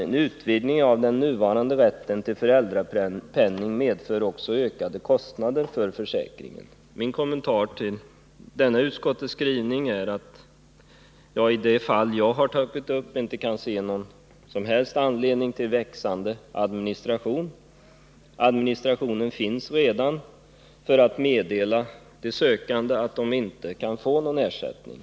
En utvidgning av den nuvarande rätten till föräldrapenning medför också ökade kostnader för försäkringen.” Min kommentar till denna skrivning är att jag i det fall som jag har tagit upp inte kan se någon som helst anledning till växande administration. Administrationen finns redan för att meddela sökande att de inte kan få någon ersättning.